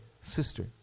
sister